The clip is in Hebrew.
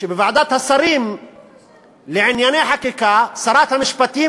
בוועדת השרים לענייני חקיקה שרת המשפטים